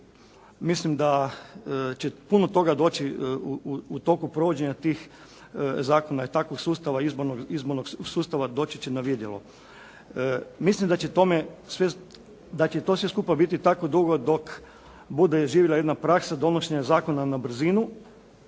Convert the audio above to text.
mislim da će puno toga doći u toku provođenja tih zakona i takvog sustava izbornog sustav doći će na vidjelo. Mislim da će to sve skupa biti tako dugo dok bude živila jedna praksa donošenja zakona na brzinu